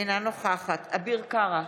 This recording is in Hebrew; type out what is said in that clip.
אינה נוכחת אביר קארה,